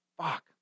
Fuck